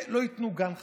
לא ייתנו גן חרדי,